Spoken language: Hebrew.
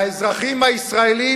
לאזרחים הישראלים,